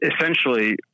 essentially